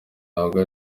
ntabwo